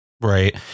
Right